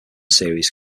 series